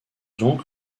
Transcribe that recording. donc